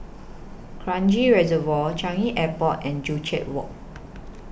Kranji Reservoir Changi Airport and Joo Chiat Walk